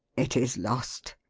it is lost!